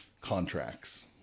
contracts